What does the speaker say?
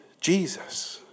Jesus